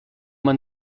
man